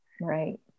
right